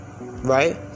Right